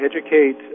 educate